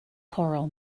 choral